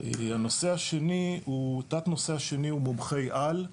התת נושא השני הוא מומחי על.